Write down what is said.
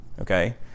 Okay